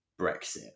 Brexit